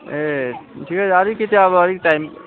ए ठिकैछ अलिकति अब अलिक टाइम